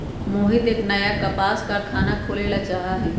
मोहित एक नया कपास कारख़ाना खोले ला चाहा हई